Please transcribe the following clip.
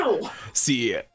see